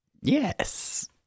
Yes